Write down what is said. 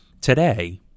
today